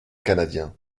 canadien